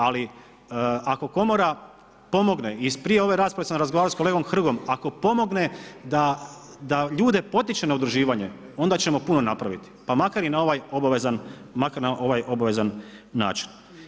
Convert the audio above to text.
Ali ako komora pomogne i prije ove rasprave sam razgovarao sa kolegom Hrgom, ako pomogne da ljude potiče na udruživanje, onda ćemo puno napraviti, pa pa makar na ovaj obavezan način.